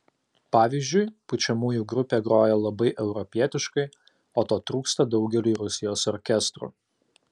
pavyzdžiui pučiamųjų grupė groja labai europietiškai o to trūksta daugeliui rusijos orkestrų